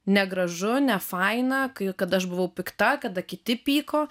negražu nefaina kai kada aš buvau pikta kada kiti pyko